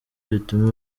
bituma